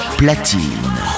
platine